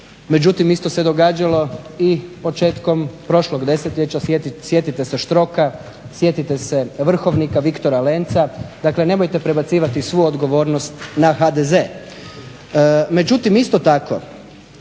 Međutim, isto se događalo i početkom prošlog desetljeća, sjetite se Štroka, sjetite se Vrhovnika, Viktora Lenca. Dakle, nemojte prebacivati svu odgovornost na HDZ. Međutim, isto tako